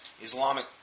Islamic